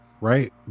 Right